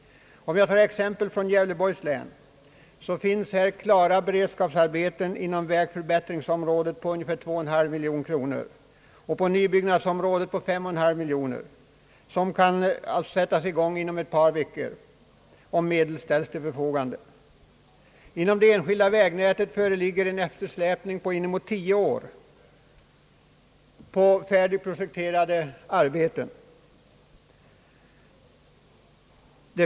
Jag kan som exempel nämna att det inom Gävleborgs län finns färdigprojekterade beredskapsarbeten inom vägförbättringsområdet på ungefär 2,5 miljoner kronor och på nybyggnadsområdet med 5,5 miljoner kronor, som kan sättas i gång inom ett par veckor om medel ställs till förfogande. Inom det enskilda vägnärtet finnes färdigprojekterade arbeten som det kommer att ta 10 år innan de blir utförda, om inte ökade medel ställes till förfogande.